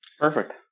perfect